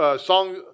song